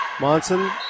Monson